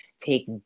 take